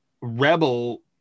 rebel